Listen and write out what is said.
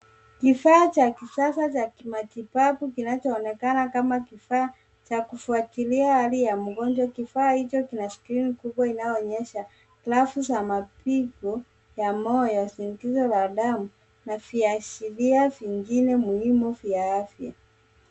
Kifaa cha kisasa cha kimatibabu kinachoonekana kama kifaa cha kufuatilia hali ya mgonjwa. Kifaa hicho kina skrini kubwa inayoonyesha grafu za mapigo ya moyo, shinikizo la damu, na viashiria vingine muhimu vya afya.